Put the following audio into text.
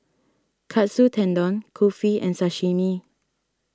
Katsu Tendon Kulfi and Sashimi